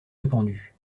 répandu